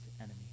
enemy